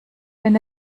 wenn